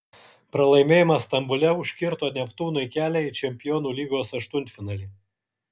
pralaimėjimas stambule užkirto neptūnui kelią į čempionų lygos aštuntfinalį